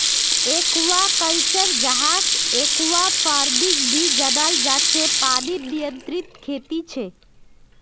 aquaculture, जहाक aquafarming भी जनाल जा छे पनीर नियंत्रित खेती छे